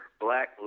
black